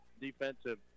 defensive